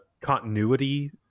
continuity